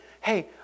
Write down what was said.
hey